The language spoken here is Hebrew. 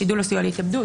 שידול או סיוע להתאבדות,